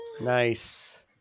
Nice